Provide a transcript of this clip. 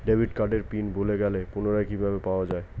Debit কার্ডের pin ভুলে গেলে পুনরায় কিভাবে পাওয়া য়ায়?